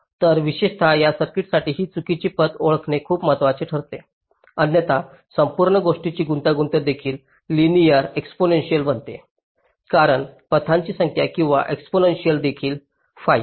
तर विशेषत त्या सर्किट्ससाठी ही चुकीची पथ ओळखणे खूप महत्वाचे ठरते अन्यथा संपूर्ण गोष्टीची गुंतागुंत देखील लिनिअर एक्सपोनेंसिअल बनते कारण पथांची संख्या किंवा एक्सपोनेंसिअल देखील फाईन